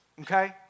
okay